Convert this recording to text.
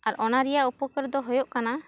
ᱟᱨ ᱚᱱᱟ ᱨᱮᱭᱟᱜ ᱩᱯᱟ ᱠᱟᱨ ᱫᱚ ᱦᱩᱭᱩᱜ ᱠᱟᱱᱟ